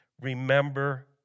remember